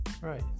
right